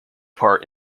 part